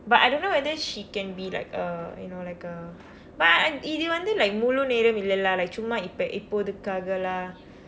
but I don't know whether she can be like uh you know like uh but இது வந்து:ithu vanthu like முழு நேரம் இல்ல:mulu naeram illa lah like சும்மா இப்ப இப்போதைக்குகாக:summa ippa ipothaekkukaaka lah